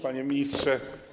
Panie Ministrze!